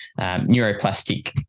neuroplastic